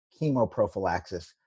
chemoprophylaxis